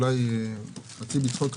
ואולי חצי בצחוק,